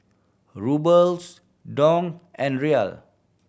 Ruble Dong and Riyal